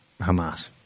Hamas